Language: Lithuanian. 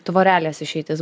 tvorelės išeitis